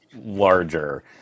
larger